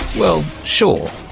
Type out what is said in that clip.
well, sure,